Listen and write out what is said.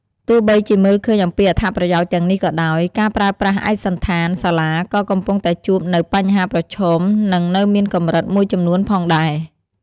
ទោះបីជាមើលឃើញអំពីអត្ថប្រយោជន៍ទាំងនេះក៏ដោយ ការប្រើប្រាស់ឯកសណ្ឋានសាលាក៏កំពុងតែជួបនៅបញ្ហាប្រឈមនិងនៅមានកម្រិតមួយចំនួនផងដែរ។